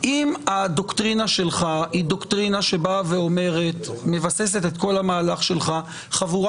אם הדוקטרינה שלך מבססת את כל המהלך שלך חבורה